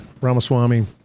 Ramaswamy